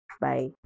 Bye